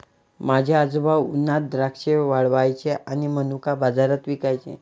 माझे आजोबा उन्हात द्राक्षे वाळवायचे आणि मनुका बाजारात विकायचे